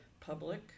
public